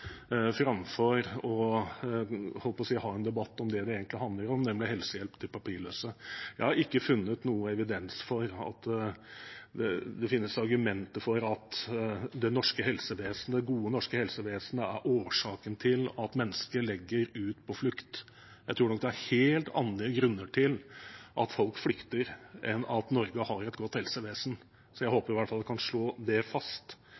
framfor – jeg holdt på å si – å ha en debatt om det det egentlig handler om, nemlig helsehjelp til papirløse. Jeg har ikke funnet noen evidens for at det finnes argumenter for at det norske helsevesenet, det gode norske helsevesenet, er årsaken til at mennesker legger ut på flukt. Jeg tror nok det er helt andre grunner til at folk flykter enn at Norge har et godt helsevesen, så jeg håper i hvert fall vi kan slå det fast.